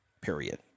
Period